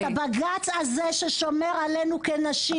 את הבג"צ הזה ששומר עלינו כנשים,